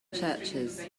churches